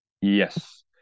Yes